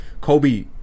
Kobe